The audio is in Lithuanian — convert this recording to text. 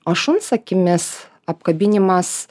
o šuns akimis apkabinimas